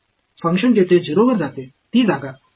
function जेथे 0 वर जाते ती जागा बरोबर आहे